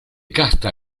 casta